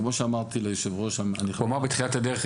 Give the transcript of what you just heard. הוא אמר בתחילת הדרך,